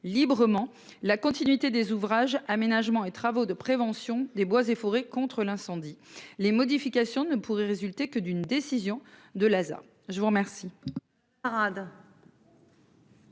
librement la continuité des ouvrages Aménagement et travaux de prévention des bois et forêts contre l'incendie. Les modifications ne pourrait résulter que d'une décision de Lhasa je vous remercie.